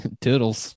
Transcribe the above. Toodles